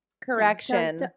Correction